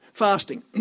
Fasting